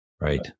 Right